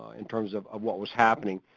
in terms of of what was happening.